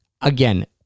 Again